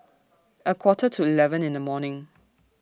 A Quarter to eleven in The morning